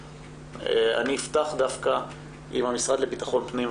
אני אפתח דווקא עם המשרד לביטחון פנים.